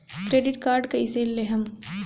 Credit card कईसे लेहम?